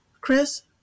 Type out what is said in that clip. Chris